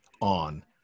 on